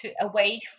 away